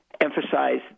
emphasize